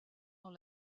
dans